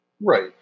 Right